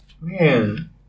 man